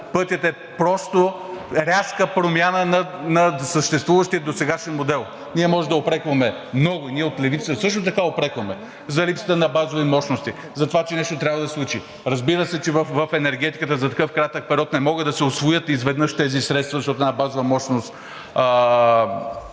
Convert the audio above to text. пътят е просто рязка промяна на съществуващия досегашен модел. Ние можем да упрекваме много. Ние от Левицата също така упрекваме за липсата на базови мощности, за това, че нещо трябва да се случи. Разбира се, че в енергетиката за такъв кратък период не могат да се усвоят изведнъж тези средства, защото една базова мощност